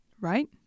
right